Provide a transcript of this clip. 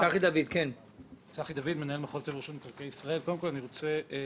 קודם כול אני רוצה להבהיר,